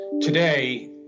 today